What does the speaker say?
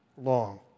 long